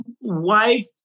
wife